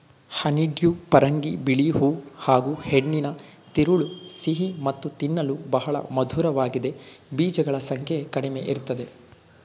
honeydew ಪರಂಗಿ ಬಿಳಿ ಹೂ ಹಾಗೂಹೆಣ್ಣಿನ ತಿರುಳು ಸಿಹಿ ಮತ್ತು ತಿನ್ನಲು ಬಹಳ ಮಧುರವಾಗಿದೆ ಬೀಜಗಳ ಸಂಖ್ಯೆ ಕಡಿಮೆಇರ್ತದೆ